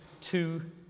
two